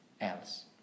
else